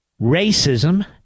racism